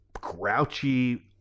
grouchy